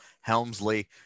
Helmsley